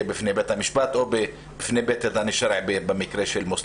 בפני בית המשפט או בפני בית הדין השרעי במקרה של מוסלמים.